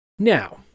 Now